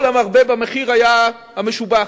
כל המרבה במחיר היה המשובח.